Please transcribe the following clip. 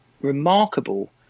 remarkable